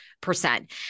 percent